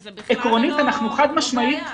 אבל עקרונית אנחנו חד משמעית